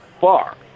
far